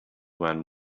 man